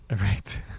right